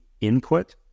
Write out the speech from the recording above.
input